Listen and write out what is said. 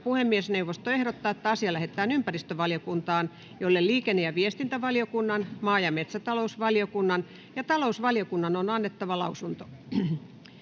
Puhemiesneuvosto ehdottaa, että asia lähetetään ympäristövaliokuntaan, jolle liikenne- ja viestintävaliokunnan, maa- ja metsätalousvaliokunnan ja talousvaliokunnan on annettava lausunto.